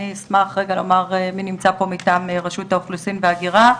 אני אשמח רגע לומר מי נמצא פה מטעם רשות האוכלוסין וההגירה.